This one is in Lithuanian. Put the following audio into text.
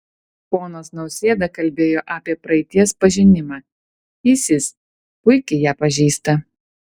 ponas nausėda kalbėjo apie praeities pažinimą isis puikiai ją pažįsta